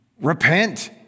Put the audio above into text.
repent